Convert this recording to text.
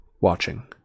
watching